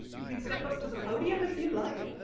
you can step up to the podium if you'd like.